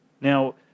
Now